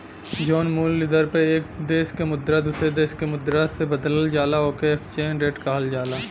जौन मूल्य दर पर एक देश क मुद्रा दूसरे देश क मुद्रा से बदलल जाला ओके एक्सचेंज रेट कहल जाला